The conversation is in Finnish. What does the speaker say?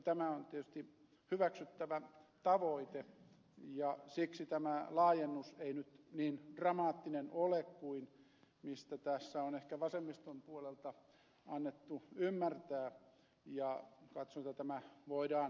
tämä on tietysti hyväksyttävä tavoite ja siksi tämä laajennus ei nyt niin dramaattinen ole kuin tässä on ehkä vasemmiston puolelta annettu ymmärtää ja katson että tämä voidaan hyväksyä